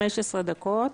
15 דקות.